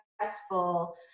successful